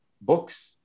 books